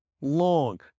long